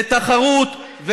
לתחרות.